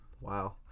Wow